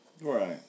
Right